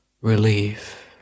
relief